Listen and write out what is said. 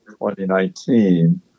2019